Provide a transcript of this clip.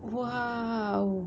!wow!